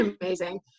amazing